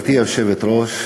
גברתי היושבת-ראש,